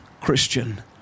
Christian